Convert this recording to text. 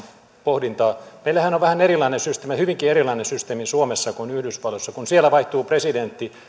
pohdintaa meillähän on hyvinkin erilainen systeemi suomessa kuin yhdysvalloissa kun siellä vaihtuu presidentti